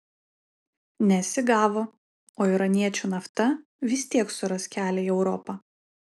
nesigavo o iraniečių nafta vis tiek suras kelią į europą